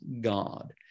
God